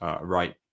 right